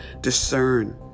discern